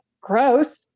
Gross